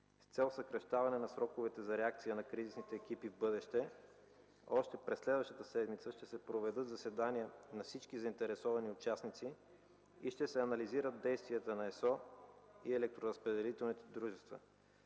С цел съкращаване на сроковете за реакция на кризисните екипи в бъдеще още през следващата седмица ще се проведат заседания на всички заинтересовани участници и ще се анализират действията на